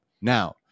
Now